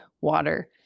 water